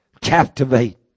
captivate